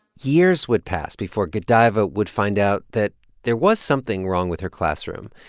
years would pass before godaiva would find out that there was something wrong with her classroom.